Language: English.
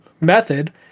method